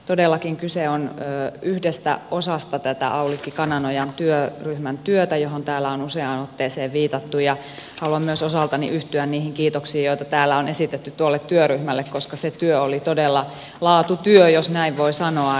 todellakin kyse on yhdestä osasta tätä aulikki kananojan työryhmän työtä johon täällä on useaan otteeseen viitattu ja haluan myös osaltani yhtyä niihin kiitoksiin joita täällä on esitetty tuolle työryhmälle koska se työ oli todella laatutyö jos näin voi sanoa